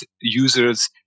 users